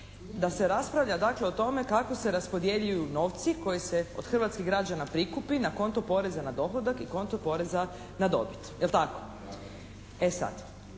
da se raspravlja dakle o tome kako se raspodjeljuju novci koji se od hrvatskih građana prikupi na konto poreza na dohodak i konto poreza na dobit, je li tako? E sad.